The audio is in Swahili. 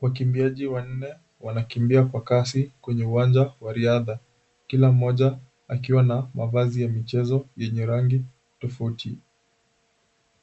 Wakimbiaji wanne wanakimbia kwa kasi kwenye uwanja wa riadha, kila mmoja akiwa na mavazi ya michezo yenye rangi tofauti.